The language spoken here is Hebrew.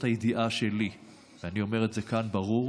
כאילו לא ממשלת ימין מנהלת את האירוע הזה,